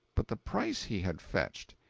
but the price he had fetched!